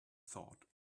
thought